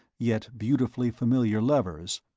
yet beautifully familiar levers,